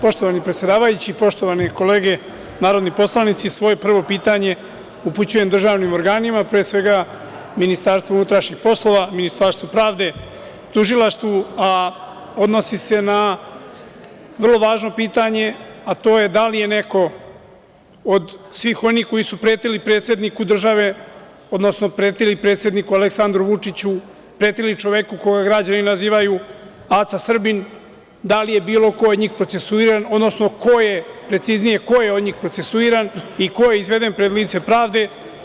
Poštovani predsedavajući, poštovane kolege narodni poslanici, svoje prvo pitanje upućujem državnim organima, pre svega Ministarstvu unutrašnjih poslova, Ministarstvu pravde, Tužilaštvu, a odnosi se na vrlo važno pitanje - da li je neko od svih onih koji su pretili predsedniku države, odnosno pretili predsedniku Aleksandru Vučiću, pretili čoveku koga građani nazivaju Aca Srbin, da li je bilo ko od njih procesuiran, odnosno, preciznije, ko je od njih procesuiran i ko je izveden pred lice pravde?